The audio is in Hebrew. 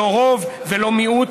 לא רוב ולא מיעוט,